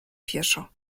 pieszo